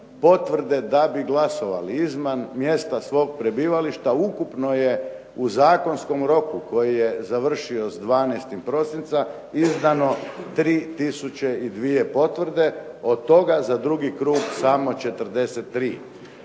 potvrde da bi glasovali izvan mjesta svog prebivališta ukupno je u zakonskom roku koji je završio 12. prosinca izdano 3 tisuće i 2 potvrde, od toga za drugi krug samo 43.